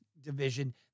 division